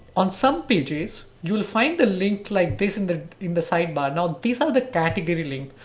on some pages, you'll find the link like this in the in the sidebar. now these are the category link.